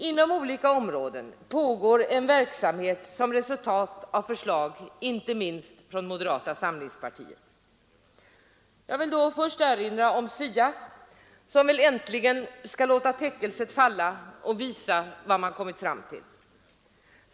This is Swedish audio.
Inom olika områden pågår en verksamhet som resultat av förslag inte minst från moderata samlingspartiet. Jag vill då först erinra om SIA som väl äntligen skall låta täckelset falla och visa vad man kommit fram till.